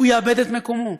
הוא יאבד את מקומו.